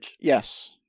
Yes